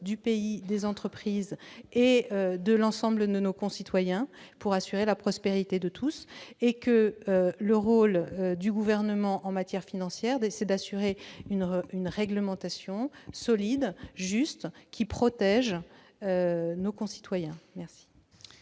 du pays, des entreprises et de l'ensemble de nos concitoyens, pour assurer la prospérité de tous. Le rôle du Gouvernement en matière financière est d'assurer une réglementation solide, juste, qui protège nos concitoyens. La